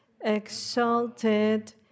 exalted